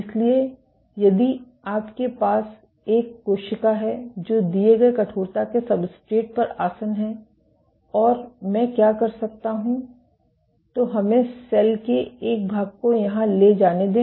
इसलिए यदि आपके पास एक कोशिका है जो दिए गए कठोरता ई के सब्सट्रेट पर आसन है और मैं क्या कर सकता हूं तो हमें सेल के एक भाग को यहां ले जाने दें